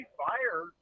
fire